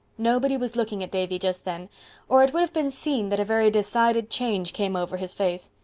nobody was looking at davy just then or it would have been seen that a very decided change came over his face.